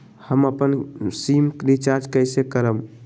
हम अपन sim recharge कइसे करम?